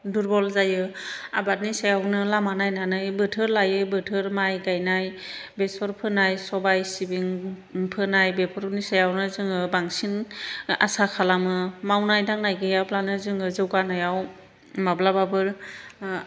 दुरबल जायो आबादनि सायावनो लामा नायनानै बोथोर लायै बोथोर माइ गाइनाय बेसर फोनाय सबाइ सिबिं फोनाय बेफोरनि सायावनो जोङो बांसिन आसा खालामो मावनाय दांनाय गैयाब्लानो जोङो जौगानायाव माब्लाबाबो